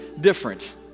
different